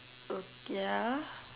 oka~ ya